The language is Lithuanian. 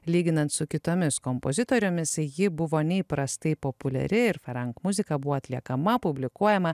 lyginant su kitomis kompozitorėmis ji buvo neįprastai populiari ir faran muzika buvo atliekama publikuojama